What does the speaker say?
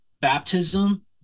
baptism